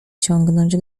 ciągnąć